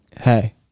hey